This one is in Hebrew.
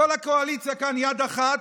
כל הקואליציה כאן, יד אחת.